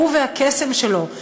הוא והקסם שלו,